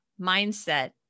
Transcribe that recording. mindset